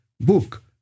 book